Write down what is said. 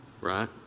Right